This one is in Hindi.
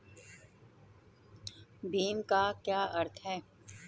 भीम का क्या अर्थ है?